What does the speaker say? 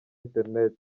internet